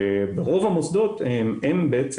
ורוב המוסדות בעצם